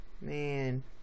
Man